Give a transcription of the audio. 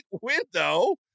window